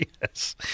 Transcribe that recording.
Yes